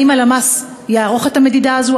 האם הלמ"ס יערוך את המדידה הזאת?